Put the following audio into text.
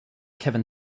kevin